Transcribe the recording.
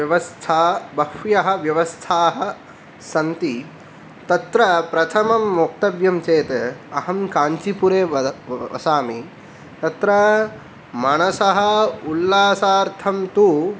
व्यवस्था बह्व्यः व्यवस्थाः सन्ति तत्र प्रथमम् उक्तव्यं चेत् अहं काञ्चीपुरे वस वसामि तत्र मनसः उल्लासार्थं तु